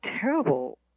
terrible